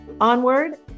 onward